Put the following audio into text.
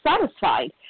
satisfied